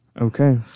Okay